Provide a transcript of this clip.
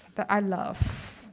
that i love,